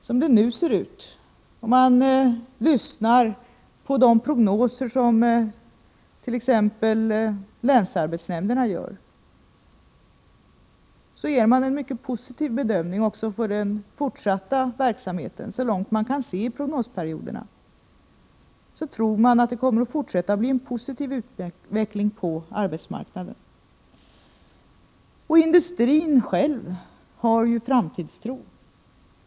Som det nu ser ut ger t.ex. länsarbetsnämnderna en mycket positiv bedömning av den fortsatta verksamheten. Så långt man nu kan se i prognosperioderna tror man att den positiva utvecklingen på arbetsmarknaden kommer att fortsätta. Industrin själv har också framtidstro.